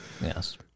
Yes